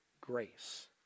grace